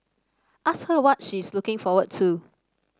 ask her what she is looking forward to